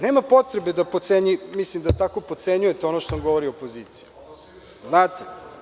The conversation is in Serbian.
Nema potrebe da tako potcenjujete ono što vam govori opozicija, znate.